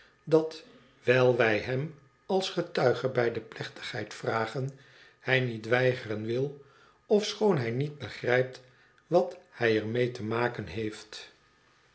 dat wijl wij hem als getuige bij de plechtigheid vragen hij niet weigeren wil ofschoon hij niet begrijpt wat hij er mee te maken heeft